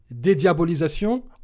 dédiabolisation